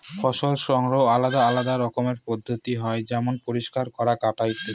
ফসল সংগ্রহের আলাদা আলদা রকমের পদ্ধতি হয় যেমন পরিষ্কার করা, কাটা ইত্যাদি